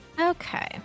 Okay